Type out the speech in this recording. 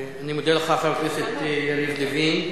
אני מודה לך, חבר הכנסת יריב לוין.